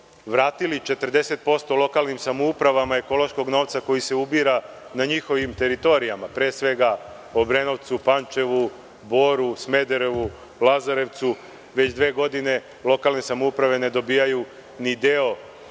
vratili 40% lokalnim samoupravama ekološkog novca, koji se ubira na njihovim teritorijama, pre svega Obrenovcu, Pančevu, Boru, Smederevu, Lazarevcu. Već dve godine lokalne samouprave ne dobijaju ni deo